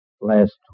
last